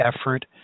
effort